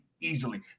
easily